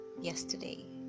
yesterday